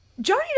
Johnny